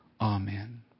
Amen